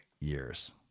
years